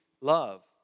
love